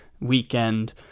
weekend